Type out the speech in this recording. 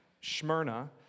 Smyrna